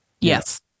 Yes